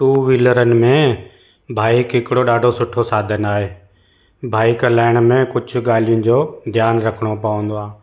two वीलरनि में bike हिकिड़ो ॾाढो सुठो साधन आहे बाइक हलाइण में कुझु ॻाल्हियुनि जो ध्यानु रखिणो पवंदो आहे